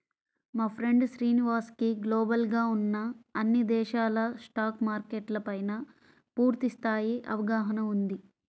మా ఫ్రెండు శ్రీనివాస్ కి గ్లోబల్ గా ఉన్న అన్ని దేశాల స్టాక్ మార్కెట్ల పైనా పూర్తి స్థాయి అవగాహన ఉంది